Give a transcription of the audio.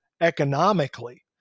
economically